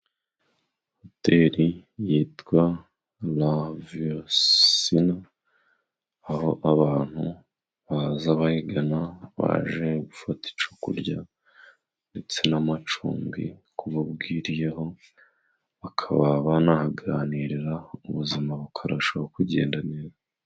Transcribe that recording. Hoteli yitwa Lavisini, aho abantu baza bayigana baje gufata icyo kurya ndetse n'amacumbi ku bo bwiriyeho, bakaba banahaganirira, ubuzima bukarushaho kugenda neza.